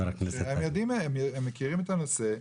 הם מכירים את הנושא.